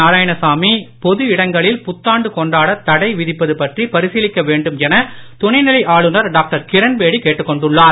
நாராயணசாமி பொதுஇடங்களில்புத்தாண்டுகொண்டாடத்தடைவிதிப்பதுபற்றிபரிசீலிக்க வேண்டும்என துணைநிலைஆளுநர்டாக்டர்கிரண்பேடிகேட்டுக்கொண்டுள்ளார்